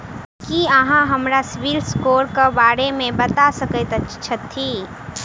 की अहाँ हमरा CIBIL score क बारे मे बता सकइत छथि?